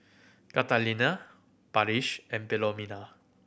Catalina Parrish and Philomena